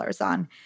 on